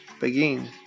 Begin